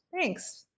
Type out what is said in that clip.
Thanks